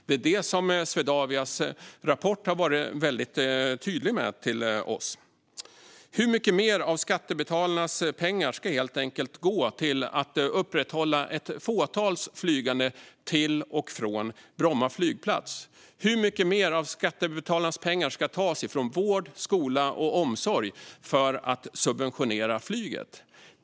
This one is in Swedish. Det är det som har varit tydligt i Swedavias rapport till oss. Hur mycket mer av skattebetalarnas pengar ska gå till att upprätthålla ett fåtals flygande till och från Bromma flygplats? Hur mycket mer av skattebetalarnas pengar ska tas från vård, skola och omsorg för att subventionera flyget?